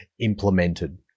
implemented